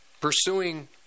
pursuing